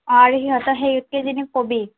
আৰু সিহঁতৰ সিহঁত কেইজনীক ক'বি